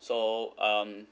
so um